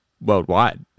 worldwide